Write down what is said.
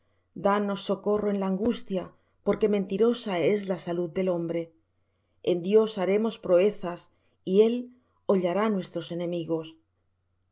danos socorro en la angustia porque mentirosa es la salud del hombre en dios haremos proezas y él hollará nuestros enemigos